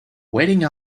waiting